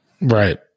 Right